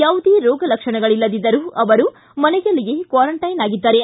ಯಾವುದೇ ರೋಗ ಲಕ್ಷಣಗಳಿಲ್ಲದಿದ್ದರೂ ಅವರು ಮನೆಯಲ್ಲಿಯೇ ಕ್ವಾರಂಟೈನ್ ಆಗಿದ್ದಾರೆ